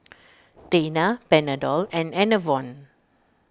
Tena Panadol and Enervon